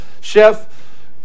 chef